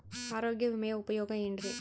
ಆರೋಗ್ಯ ವಿಮೆಯ ಉಪಯೋಗ ಏನ್ರೀ?